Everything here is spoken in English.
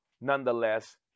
nonetheless